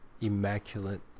immaculate